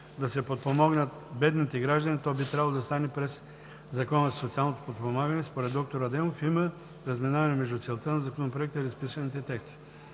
да се подпомагат бедните граждани, то би трябвало да стане през Закона за социалното подпомагане. Според доктор Адемов има разминаване между целта на Законопроекта и разписаните текстове.